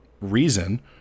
reason